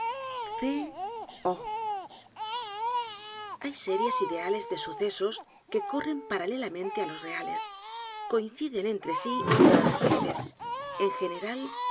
hay series ideales de sucesos que corren paralelamente á los reales coinciden entre sí raras veces en general